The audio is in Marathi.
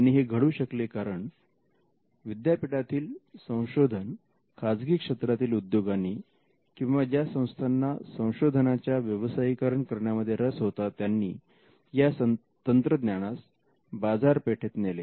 आणि हे घडू शकले कारण विद्यापीठातील संशोधनास खाजगी क्षेत्रातील उद्योगांनी किंवा ज्या संस्थांना संशोधनाच्या व्यवसायीकरण करण्यामध्ये रस होता त्यांनी ह्या तंत्रज्ञानास बाजारपेठेत नेले